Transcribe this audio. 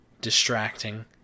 distracting